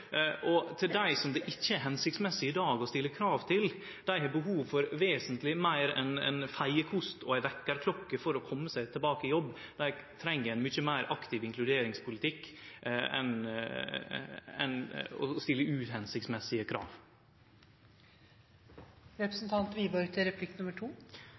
på at dei greier å ta dei skjønsvurderingane sjølve. Og dei som det i dag ikkje er hensiktsmessig å stille krav til, har behov for vesentleg meir enn ein feiekost og ei vekkarklokke for å kome seg tilbake i jobb. Dei treng ein mykje meir aktiv inkluderingspolitikk enn å stille uhensiktsmessige